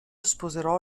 sposerò